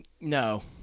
No